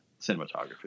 cinematography